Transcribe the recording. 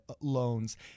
loans